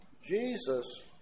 Jesus